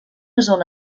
zona